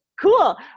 Cool